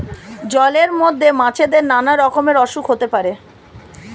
জলের মধ্যে মাছেদের নানা রকমের অসুখ হতে পারে